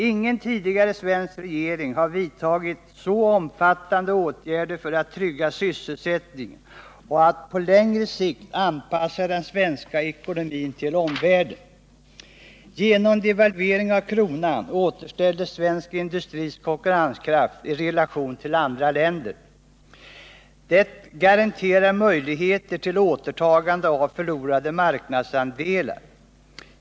Ingen tidigare svensk regering har vidtagit så omfattande åtgärder för att trygga sysselsättningen och för att på längre sikt anpassa den svenska ekonomin till omvärlden. Genom devalvering av kronan återställdes svensk industris konkurrenskraft i relation till andra länders. Det garanterar möjligheter till återtagande av förlorade marknadsandelar.